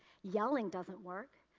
yelling doesn't work,